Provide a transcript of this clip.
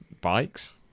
bikes